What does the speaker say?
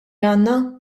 għandna